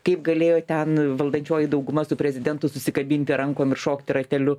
kaip galėjo ten valdančioji dauguma su prezidentu susikabinti rankom ir šokti rateliu